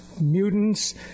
Mutants